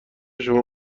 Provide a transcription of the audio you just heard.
شما